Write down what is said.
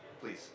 please